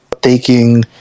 taking